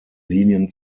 linien